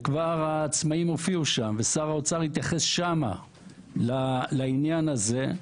והעצמאים הופיעו שם ושר האוצר התייחס שם לעניין הזה,